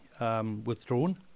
withdrawn